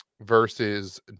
versus